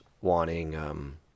wanting